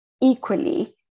equally